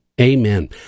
amen